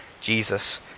Jesus